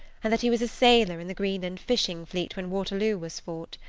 and that he was a sailor in the greenland fishing fleet when waterloo was fought.